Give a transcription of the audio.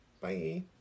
Bye